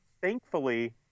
Thankfully